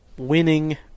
winning